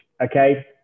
okay